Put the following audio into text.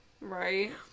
Right